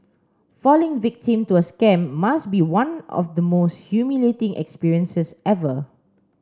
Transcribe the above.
falling victim to a scam must be one of the most humiliating experiences ever